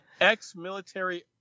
ex-military